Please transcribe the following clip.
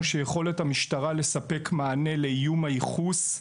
שיכולת המשטרה לספק מענה לאיום הייחוס,